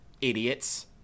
Idiots